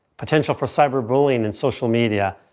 potential for cyberbullying and social media,